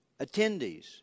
attendees